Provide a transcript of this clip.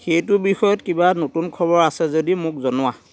সেইটো বিষয়ত কিবা নতুন খবৰ আছে যদি মোক জনোৱা